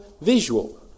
visual